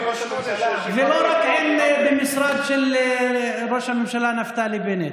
ולא רק במשרד של ראש הממשלה נפתלי בנט.